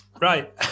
right